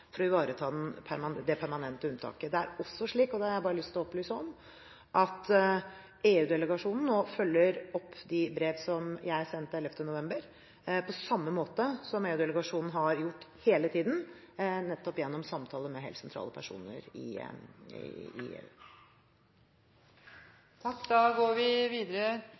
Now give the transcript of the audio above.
for å ivareta det permanente unntaket. Det er også slik – det har jeg bare lyst til å opplyse om – at EU-delegasjonen nå følger opp de brev som jeg sendte 11. november, på samme måte som EU-delegasjonen har gjort hele tiden nettopp gjennom samtaler med helt sentrale personer i EU. Dette spørsmålet er overført til samferdselsministeren som rette vedkommende. Spørsmålet bortfaller imidlertid, da